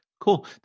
Cool